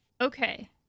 Okay